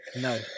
No